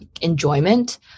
enjoyment